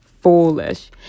foolish